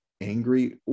angry